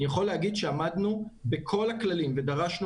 אני יכול להגיד שעמדנו בכל הכללים ודרשנו